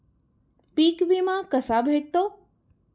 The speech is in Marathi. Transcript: पीक विमा कसा भेटतो?